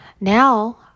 Now